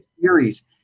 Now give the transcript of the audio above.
theories